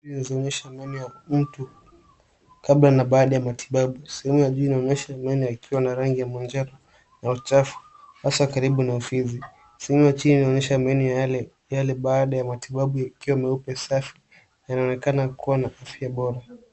Meno ya mtu kabla na baada ya matibabu. Sehemu ya juu inaonyesha meno ikiwa na rangi ya manjano na uchafu hasa karibu na ufizi. Sehemu ya chini inaonyesha meno yale baada ya matibabu ikiwa meupe safi yanaonekana kuwa na afya bora.